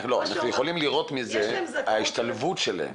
אנחנו יכולים לראות מזה את ההשתלבות שלהם.